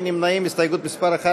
עמר בר-לב,